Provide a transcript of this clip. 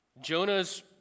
Jonah's